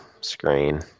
screen